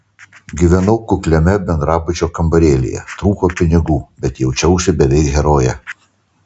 gyvenau kukliame bendrabučio kambarėlyje trūko pinigų bet jaučiausi beveik heroje